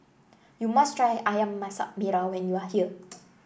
you must try ayam Masak Merah when you are here